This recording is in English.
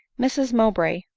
mrs mowbray,